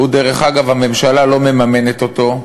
דרך אגב, הממשלה לא מממנת אותו.